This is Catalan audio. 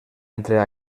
entre